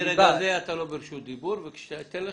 מרגע זה אתה לא ברשות דיבור וכשאתן לך,